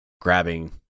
grabbing